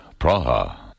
Praha